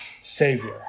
savior